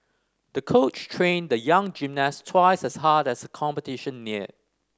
the coach trained the young gymnast twice as hard as the competition neared